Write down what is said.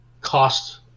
cost